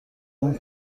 اون